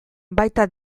baita